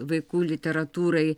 vaikų literatūrai